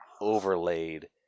overlaid